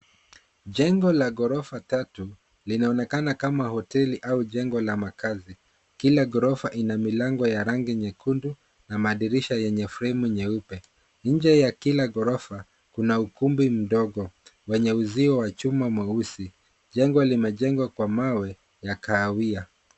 Jengo la ghorofa tatu linaonekana kama hoteli au jengo la makazi. Kila ghorofa ina milango ya rangi nyekundu na madirisha yenye fremu nyeupe. Nje ya kila ghorofa kuna ukumbi mdogo wenanga wenye uzio wa chuma mweusi. Jengo limejengwa kwa mawe ya kahawia.